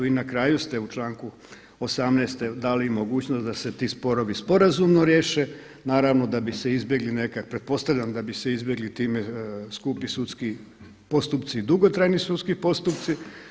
I na kraju ste u članku 18. dali mogućnost da se ti sporovi sporazumno riješe, naravno da bi se izbjegli neke pretpostavljam da bi se izbjegli time skupi sudski postupci i dugotrajni sudski postupci.